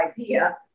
idea